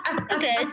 Okay